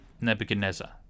Nebuchadnezzar